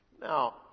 Now